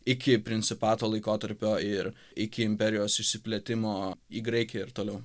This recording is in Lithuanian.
iki principato laikotarpio ir iki imperijos išsiplėtimo į graikiją ir toliau